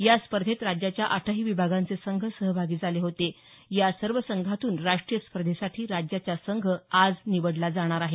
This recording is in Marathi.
या स्पर्धेत राज्याच्या आठही विभागांचे संघ सहभागी झाले होते या सर्व संघातून राष्ट्रीय स्पर्धेसाठी राज्याचा संघ आज निवडला जात आहे